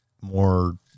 more